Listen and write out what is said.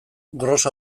gros